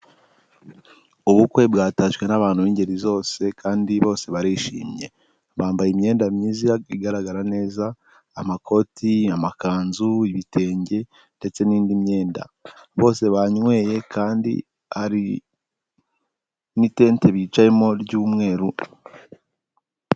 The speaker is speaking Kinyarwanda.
Ubukwe bwatashywe n'abantu b'ingeri zose kandi bose barishimye, bambaye imyenda myiza igaragara neza amakoti, amakanzu, ibitenge ndetse n'indi myenda, bose banyweye kandi hari n'itente bicayemo ry'umweru.